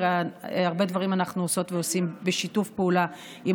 הרי הרבה דברים אנחנו עושות ועושים בשיתוף פעולה עם